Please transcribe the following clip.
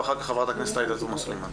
ואחר כך חברת הכנסת עאידה תומא סלימאן.